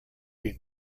been